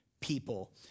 people